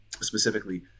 Specifically